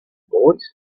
boys